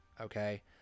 Okay